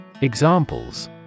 Examples